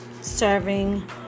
serving